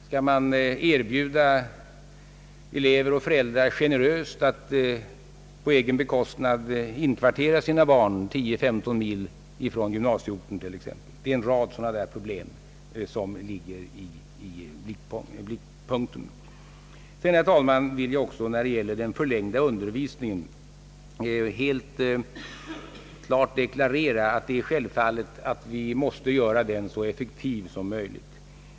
Skall man generöst erbjuda föräldrar att på egen bekostnad in kvartera sina barn 10—15 mil från gymnasieorten t.ex. Det är en rad sådana problem som ligger i blickpunkten. Vad beträffar den förlängda undervisningen vill jag också, herr talman, helt klart deklarera, att det är självfallet att vi måste göra den så effektiv som möjligt.